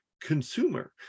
consumer